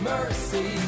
Mercy